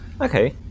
Okay